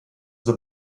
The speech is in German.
the